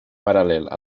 paral·lel